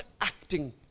acting